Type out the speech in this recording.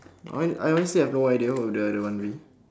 I I honestly have no idea what will the other one be